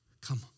come